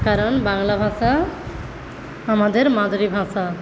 কারণ বাংলা ভাষা আমাদের মাতৃভাষা